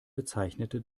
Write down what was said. bezeichnete